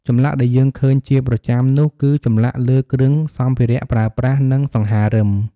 ចម្លាក់ដែលយើងឃើញជាប្រចាំនោះគឺ ចម្លាក់លើគ្រឿងសម្ភារៈប្រើប្រាស់ និងសង្ហារឹម។